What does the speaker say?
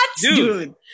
dude